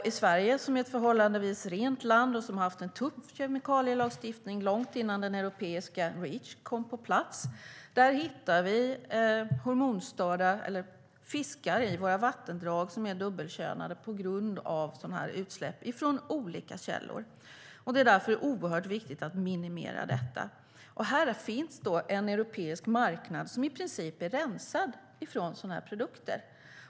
I Sverige, som är ett förhållandevis rent land och har haft en tuff kemikalielagstiftning långt innan den europeiska Reach kom på plats, hittar vi fiskar i våra vattendrag som är dubbelkönade på grund av sådana utsläpp från olika källor. Det är därför oerhört viktigt att minimera detta. Här finns det en europeisk marknad som i princip är rensad från sådana produkter.